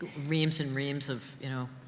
reams and reams of, you know,